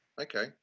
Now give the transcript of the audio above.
Okay